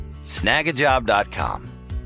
Snagajob.com